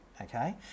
okay